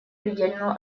предельную